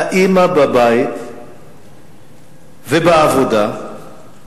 האמא בבית ובעבודה היא זאת שבזכותה מייצרים חברה